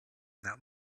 that